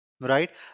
right